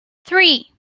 three